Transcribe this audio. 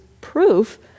proof